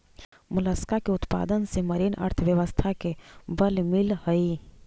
Mollusca के उत्पादन से मरीन अर्थव्यवस्था के बल मिलऽ हई